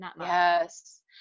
Yes